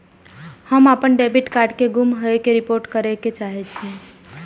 हम अपन debit card के गुम होय के रिपोर्ट करे के चाहि छी